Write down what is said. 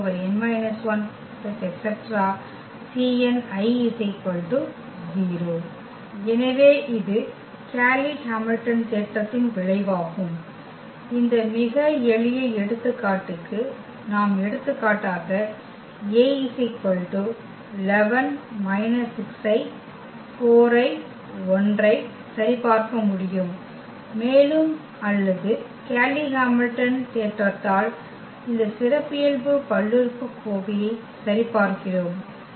c0An c1An−1 ⋯ cnI 0 எனவே இது Cayley Hamilton தேற்றத்தின் விளைவாகும் இந்த மிக எளிய எடுத்துக்காட்டுக்கு நாம் எடுத்துக்காட்டாக ஐ சரிபார்க்க முடியும் மேலும் இந்த அல்லது கேய்லியின் ஹாமில்டன் தேற்றத்தால் இந்த சிறப்பியல்பு பல்லுறுப்புக்கோவையை சரிபார்க்கிறோம்